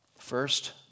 First